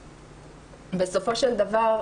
בסופו של דבר,